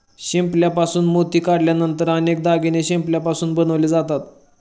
शिंपल्यापासून मोती काढल्यानंतर अनेक दागिने शिंपल्यापासून बनवले जातात